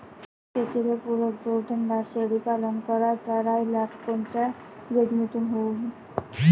शेतीले पुरक जोडधंदा शेळीपालन करायचा राह्यल्यास कोनच्या योजनेतून होईन?